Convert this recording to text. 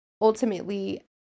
ultimately